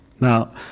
Now